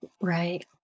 Right